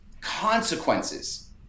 consequences